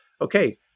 okay